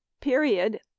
period